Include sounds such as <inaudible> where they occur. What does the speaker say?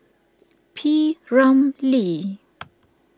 P Ramlee <noise>